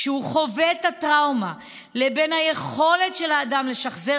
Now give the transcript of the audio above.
כשהוא חווה את הטראומה לבין היכולת של האדם לשחזר